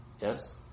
yes